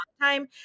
time